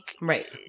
right